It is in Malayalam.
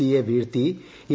സിയെ വീഴ്ത്തി എ